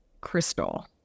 crystal